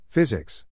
Physics